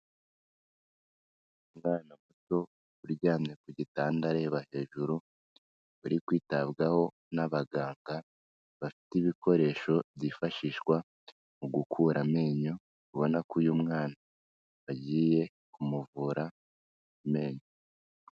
Umwana uryamye ku gitandareba hejuru uri kwitabwaho n'abaganga bafite ibikoresho byifashishwa mu gukura amenyo, ubona ko uyu mwana agiye kumuvura amenyo.